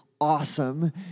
awesome